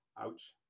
Ouch